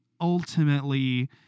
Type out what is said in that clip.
ultimately